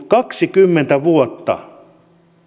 kaksikymmentä vuotta